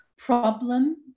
problem